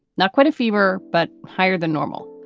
not quite a fever, but higher than normal